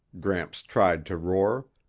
gramps tried to roar,